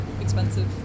expensive